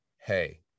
hey